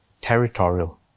territorial